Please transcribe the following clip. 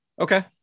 Okay